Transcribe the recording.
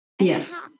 Yes